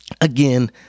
Again